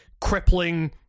crippling